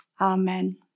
amen